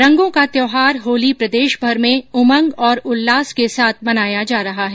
रंगो का त्योहार होली प्रदेशभर में उमंग और उल्लास के साथ मनाया जा रहा है